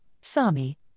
SAMI